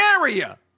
area